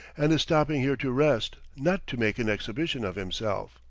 and is stopping here to rest, not to make an exhibition of himself.